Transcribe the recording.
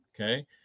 Okay